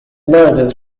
marriages